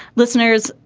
listeners?